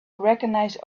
recognize